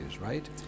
right